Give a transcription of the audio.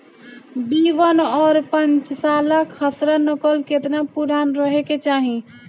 B one और पांचसाला खसरा नकल केतना पुरान रहे के चाहीं?